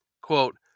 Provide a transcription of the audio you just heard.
Quote